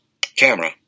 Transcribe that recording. camera